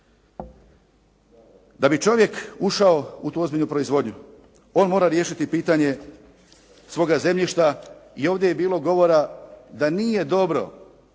Da bi čovjek ušao u tu ozbiljnu proizvodnju, on mora riješiti pitanje svoga zemljišta i ovdje je bilo govora da nije dobro